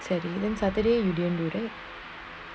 so then saturday you didn't do right